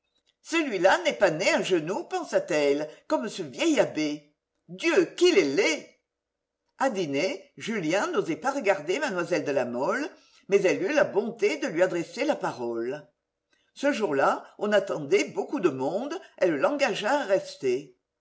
celui-là n'est pas né à genoux pensa-t-elle comme ce vieil abbé dieu qu'il est laid a dîner julien n'osait pas regarder mlle de la mole mais elle eut la bonté de lui adresser la parole ce jour-là on attendait beaucoup de monde elle l'engagea à rester